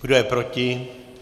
Kdo je proti?